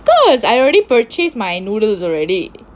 of course I already purchase my noodles already